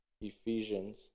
Ephesians